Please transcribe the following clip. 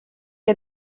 der